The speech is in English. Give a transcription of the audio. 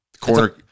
Corner